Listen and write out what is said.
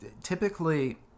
Typically